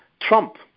Trump